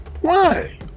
Why